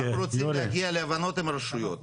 אנחנו רוצים להגיע להבנות עם רשויות,